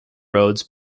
roads